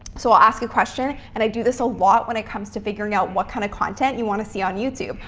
so i'll ask a question and i do this a lot when it comes to figuring out what kind of content you want to see on youtube.